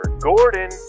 Gordon